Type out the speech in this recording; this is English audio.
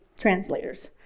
translators